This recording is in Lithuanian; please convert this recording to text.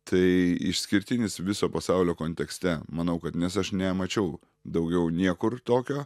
tai išskirtinis viso pasaulio kontekste manau kad nes aš nemačiau daugiau niekur tokio